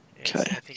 Okay